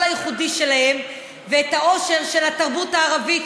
הייחודי שלהן ואת העושר של התרבות הערבית,